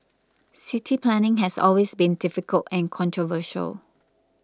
city planning has always been difficult and controversial